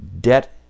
debt